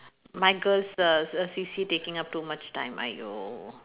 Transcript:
my girl's uh uh C_C_A taking up too much time !aiyo!